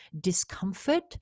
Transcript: discomfort